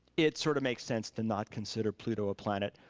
it sort of makes sense to not consider pluto a planet.